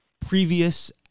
previous